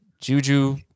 Juju